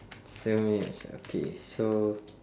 seven minutes okay so